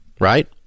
right